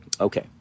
Okay